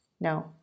No